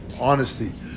honesty